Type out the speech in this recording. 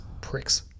pricks